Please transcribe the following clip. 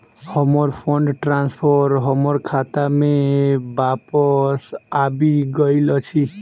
हमर fund transfer हमर खाता मे बापस आबि गइल अछि